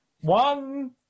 one